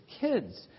kids